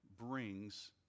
brings